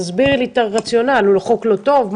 תסבירי לי את הרציונל, הוא חוק לא טוב?